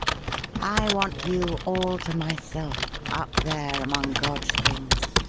i want you all to myself up there, among god's things.